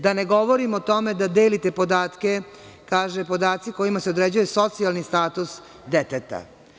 Da ne govorim o tome da delite podatke, kaže – podaci kojima se određuje socijalni status deteta.